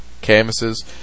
canvases